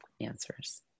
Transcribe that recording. answers